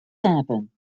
happen